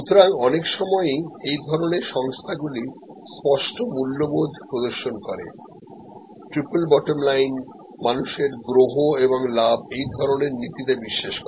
সুতরাং অনেক সময়ই এই ধরনের সংস্থা গুলি স্পষ্ট মূল্যবোধ প্রদর্শন করে ট্রিপল বটমলাইন মানুষের গ্রহ এবং লাভ এই ধরনের নীতিতে বিশ্বাস করে